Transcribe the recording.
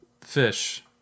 fish